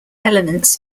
elements